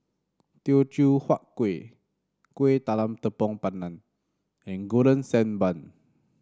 Teochew Huat Kueh Kuih Talam Tepong Pandan and Golden Sand Bun